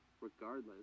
regardless